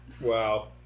wow